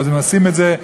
ועושים את זה,